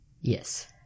Yes